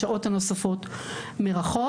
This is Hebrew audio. השעות נוספות מרחוק.